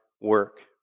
work